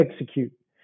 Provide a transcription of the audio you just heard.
execute